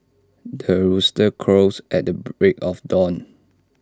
the rooster crows at the break of dawn